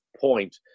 point